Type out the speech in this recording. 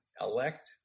elect